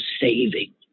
saving